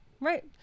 Right